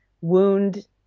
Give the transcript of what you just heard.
wound